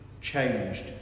changed